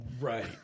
Right